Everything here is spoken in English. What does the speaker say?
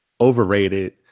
overrated